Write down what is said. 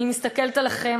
אני מסתכלת עליכם,